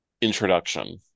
introduction